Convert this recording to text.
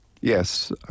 Yes